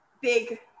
big